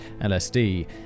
LSD